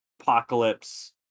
apocalypse